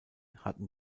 hatten